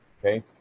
Okay